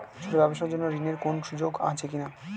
ছোট ব্যবসার জন্য ঋণ এর কোন সুযোগ আছে কি না?